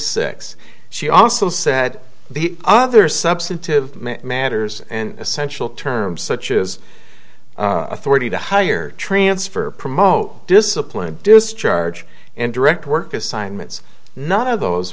six she also said the other substantive matters and essential terms such as authority to hire transfer promote discipline discharge and direct work assignments none of those